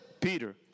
Peter